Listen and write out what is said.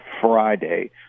Friday